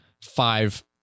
five